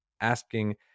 asking